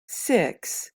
six